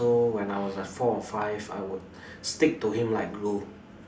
so when I was like four or five I would stick to him like glue